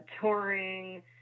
Touring